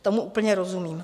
Tomu úplně rozumím.